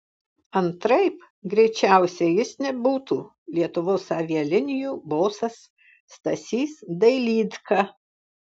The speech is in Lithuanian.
antraip greičiausiai jis nebūtų lietuvos avialinijų bosas stasys dailydka